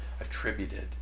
attributed